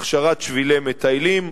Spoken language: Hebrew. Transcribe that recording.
הכשרת שבילי מטיילים,